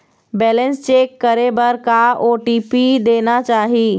Balance check करे बर का ओ.टी.पी देना चाही?